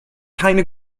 keine